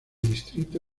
distrito